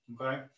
Okay